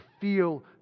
feel